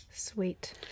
Sweet